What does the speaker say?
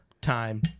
Time